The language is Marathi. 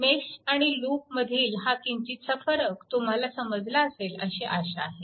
मेश आणि लूप मधील हा किंचितसा फरक तुम्हाला समजला असेल अशी आशा आहे